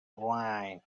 wine